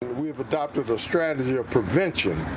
we have adopted a strategy of prevention,